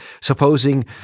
supposing